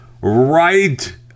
right